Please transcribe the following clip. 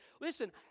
Listen